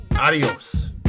adios